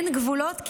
אין גבולות,